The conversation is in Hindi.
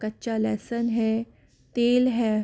कच्चा लहसुन है तेल है